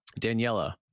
Daniela